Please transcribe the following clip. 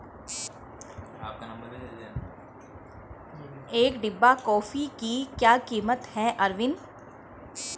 एक डिब्बा कॉफी की क्या कीमत है अरविंद?